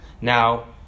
Now